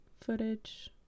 footage